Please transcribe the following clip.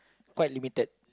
quite limited